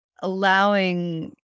allowing